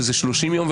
שזה 30 יום.